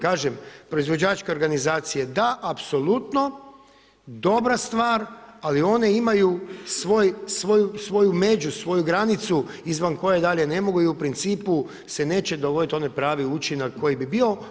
Kaže proizvođačke organizacije da, apsolutno, dobra stvar ali one imaju svoju među, svoju granicu izvan koje dalje ne mogu i u principu se neće dogoditi onaj pravi učinak koji bi bio.